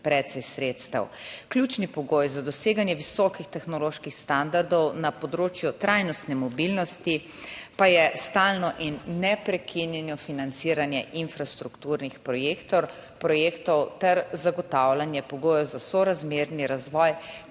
precej sredstev. Ključni pogoj za doseganje visokih tehnoloških standardov na področju trajnostne mobilnosti pa je stalno in neprekinjeno financiranje infrastrukturnih projektov ter zagotavljanje pogojev za sorazmerni razvoj